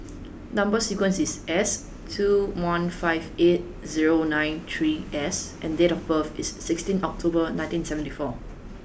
number sequence is S two one five eight zero nine three S and date of birth is sixteen October nineteen seventy four